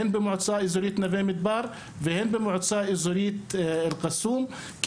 הן במועצה האזורית נווה מדבר והן במועצה האזורית אל קסום.